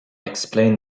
explained